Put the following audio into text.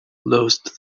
lost